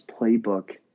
playbook